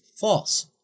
false